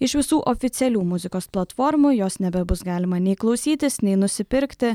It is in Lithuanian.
iš visų oficialių muzikos platformų jos nebebus galima nei klausytis nei nusipirkti